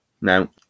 Now